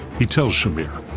he tells shamir,